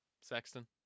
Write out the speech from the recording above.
Sexton